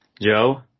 Joe